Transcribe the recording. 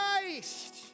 Christ